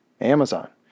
Amazon